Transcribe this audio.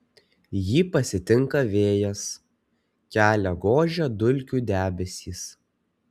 jį pasitinka vėjas kelią gožia dulkių debesys